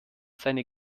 seine